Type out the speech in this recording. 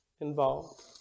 involved